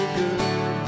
good